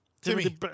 Timmy